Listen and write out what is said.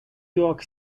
york